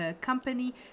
company